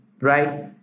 right